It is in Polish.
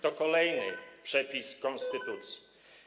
To kolejny przepis konstytucji.